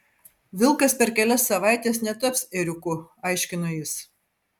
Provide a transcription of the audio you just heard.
vilkas per kelias savaites netaps ėriuku aiškino jis